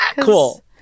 Cool